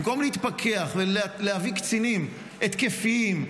במקום להתפכח ולהביא קצינים התקפיים,